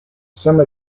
some